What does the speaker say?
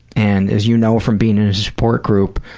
and as you know from being in a support group,